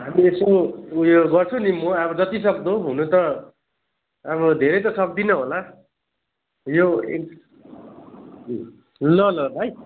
हामी यसो उ यो गर्छु नि म अब जतिसक्दो हुनु त अब धेरै त सक्दिनँ होला यो एक ल ल भाइ